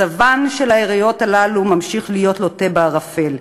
מצבן של העיריות הללו ממשיך להיות לוט בערפל.